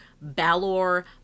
Balor